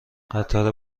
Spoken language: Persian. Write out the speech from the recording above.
قطار